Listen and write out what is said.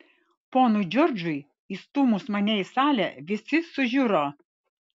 ponui džordžui įstūmus mane į salę visi sužiuro